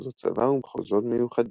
מחוזות צבא ומחוזות מיוחדים.